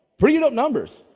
bringing up numbers.